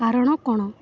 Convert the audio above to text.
କାରଣ କ'ଣ